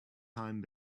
time